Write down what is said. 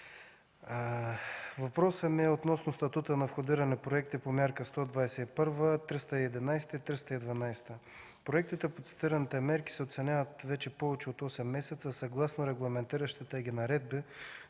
Въпросът ми е относно статута на входиране на проекти по Мярка 121, 311 и 312. Проектите по цитираните мерки се оценяват вече повече от осем месеца съгласно регламентиращите наредби,